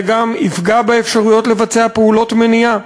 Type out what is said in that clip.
וזה גם יפגע באפשרויות לבצע פעולות מניעה.